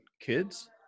kids